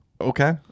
Okay